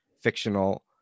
fictional